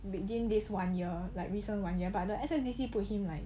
within this one year like recent one year but the S_S_D_C told him like